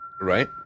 right